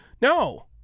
No